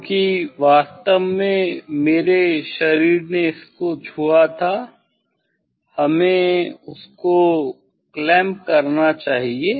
क्योंकि वास्तव में मेरे शरीर ने इसको छुआ था हमें उसको क्लैंप करना चाहिए